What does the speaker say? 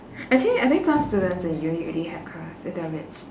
actually I think students at uni already have cars if they're rich